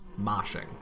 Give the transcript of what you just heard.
moshing